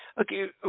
Okay